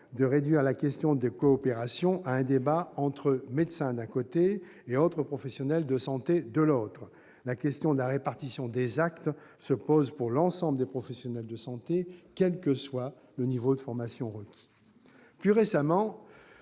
de réduire la question des coopérations à un débat entre médecins d'un côté et autres professionnels de santé de l'autre. La question de la répartition des actes se pose pour l'ensemble des professions de santé, quel que soit le niveau de formation initial requis. Plus récemment,